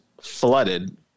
flooded